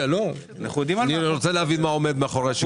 אני רוצה להבין מה עומד מאחורי השינויים.